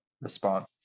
response